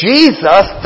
Jesus